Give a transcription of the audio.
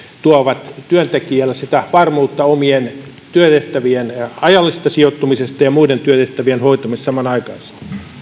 tuovat työntekijälle sitä varmuutta omien työtehtävien ajallisesta sijoittumisesta ja ja muiden työtehtävien hoitamisesta samanaikaisesti